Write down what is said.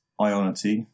Ionity